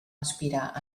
aspirar